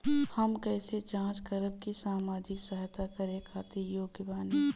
हम कइसे जांच करब की सामाजिक सहायता करे खातिर योग्य बानी?